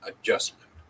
adjustment